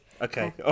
Okay